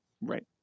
Right